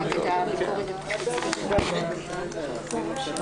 ננעלה בשעה